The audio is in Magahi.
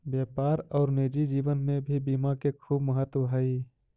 व्यापार और निजी जीवन में भी बीमा के खूब महत्व हई